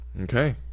Okay